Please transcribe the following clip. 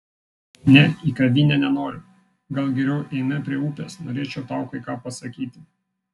ne į kavinę nenoriu gal geriau eime prie upės norėčiau tau kai ką pasakyti